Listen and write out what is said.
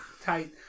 tight